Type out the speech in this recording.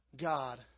God